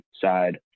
side